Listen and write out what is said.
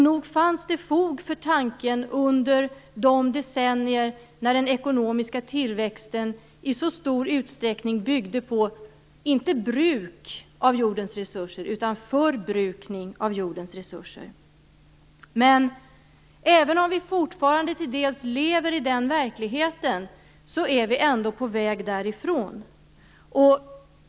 Nog fanns det fog för tanken under de decennier då den ekonomiska tillväxten i så stor utsträckning inte byggde på bruk av utan på förbrukning av jordens resurser. Även om vi fortfarande till en del lever i den verkligheten är vi på väg därifrån.